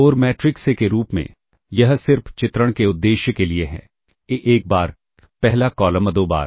और matrix A के रूप में यह सिर्फ चित्रण के उद्देश्य के लिए है A 1 बार पहला कॉलम a 2 बार